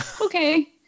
okay